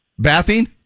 Bathing